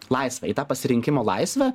laisvę į tą pasirinkimo laisvę